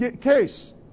case